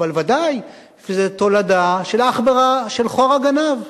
אבל ודאי זה תולדה של "חורא גנב".